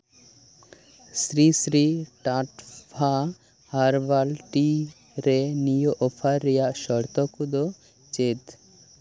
ᱥᱨᱤ ᱥᱨᱤ ᱴᱟᱴᱯᱷᱟ herbal tea ᱨᱮ ᱱᱤᱭᱟᱹ ᱚᱯᱷᱟᱨ ᱨᱮᱭᱟᱜ ᱥᱚᱨᱛᱚ ᱠᱚᱫᱚ ᱪᱮᱫ